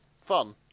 fun